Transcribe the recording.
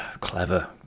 clever